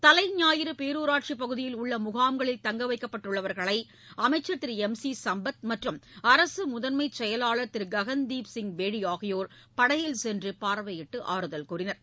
தலைஞாயிறு பேரூராட்சிப் பகுதியில் உள்ள முகாம்களில் தங்க வைக்கப்பட்டுள்ளவர்களை அமைச்சர் திரு எம் சி சம்பத் மற்றும் அரசு முதன்மைச் செயலாளர் திரு ககன்தீப்சிய் பேடி ஆகியோர் படகில் சென்று பார்வையிட்டு ஆறுதல் கூறினர்